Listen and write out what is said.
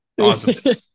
Awesome